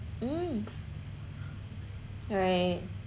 mm alright